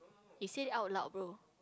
eh say it out loud bro